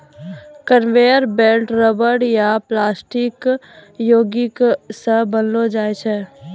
conveyor belt rubber या plastic योगिक के बनलो रहै छै